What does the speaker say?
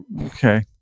Okay